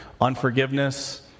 unforgiveness